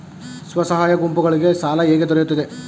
ಸ್ವಸಹಾಯ ಗುಂಪುಗಳಿಗೆ ಸಾಲ ಹೇಗೆ ದೊರೆಯುತ್ತದೆ?